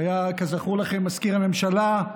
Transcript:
שהיה כזכור לכם מזכיר הממשלה,